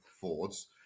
Fords